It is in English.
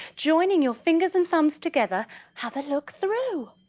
joining your fingers and thumbs together have a look through.